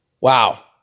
Wow